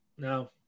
No